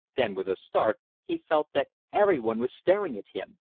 then, with a start, he felt that everyone was staring at him.